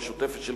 המשותפת,